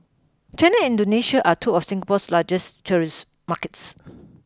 China Indonesia are two of Singapore's largest tourism markets